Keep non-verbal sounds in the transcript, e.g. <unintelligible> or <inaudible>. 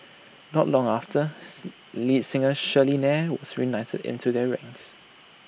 not long after <unintelligible> singer Shirley Nair was recruited into their ranks